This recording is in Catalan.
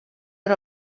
era